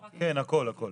כן, הכל, הכל.